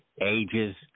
ages